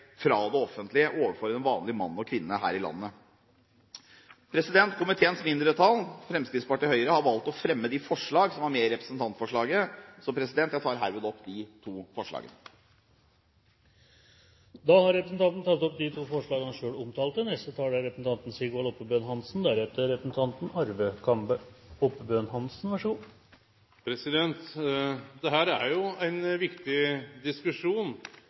fra det offentlige overfor den vanlige mann og kvinne her i landet. Komiteens mindretall, Fremskrittspartiet og Høyre, har valgt å fremme de forslag som var med i representantforslaget. Jeg tar herved opp de to forslagene. Representanten Ulf Leirstein har tatt opp de to forslagene han refererte til. Dette er ein viktig diskusjon,